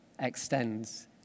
extends